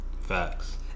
Facts